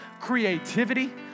creativity